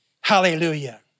Hallelujah